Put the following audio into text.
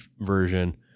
version